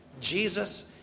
Jesus